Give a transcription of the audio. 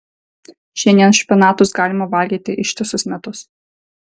šiandien špinatus galima valgyti ištisus metus